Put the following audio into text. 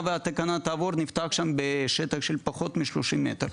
והתקנה תעבור נפתח שם בשטח של פחות מ-30 מטר.